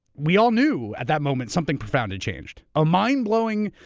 we all knew, at that moment, something profound had changed. a mind-blowing,